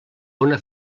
una